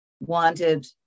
wanted